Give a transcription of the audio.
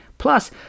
Plus